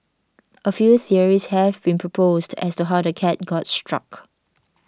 a few theories have been proposed as to how the cat got struck